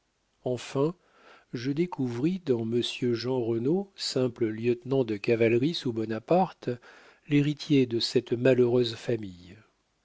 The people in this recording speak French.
enfin je découvris dans monsieur jeanrenaud simple lieutenant de cavalerie sous bonaparte l'héritier de cette malheureuse famille